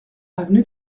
avenue